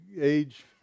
age